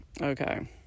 okay